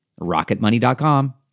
RocketMoney.com